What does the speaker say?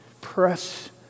press